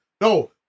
No